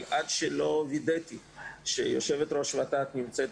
אבל עד שלא וידאתי שיושבת-ראש ות"ת נמצאת